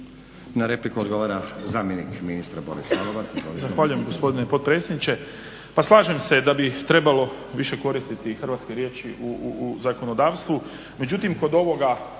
Na repliku odgovara, zamjenik ministra, Boris Lalovac.